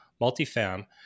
multifam